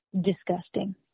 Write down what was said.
Disgusting